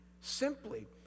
simply